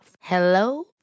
Hello